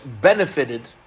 benefited